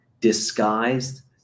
Disguised